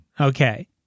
Okay